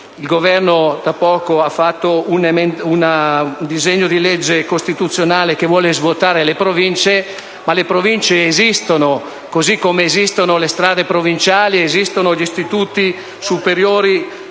Il Governo da poco ha fatto un disegno di legge costituzionale che vuole svuotare le Province, ma queste esistono, come esistono le strade provinciali, gli istituti superiori